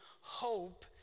hope